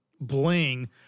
bling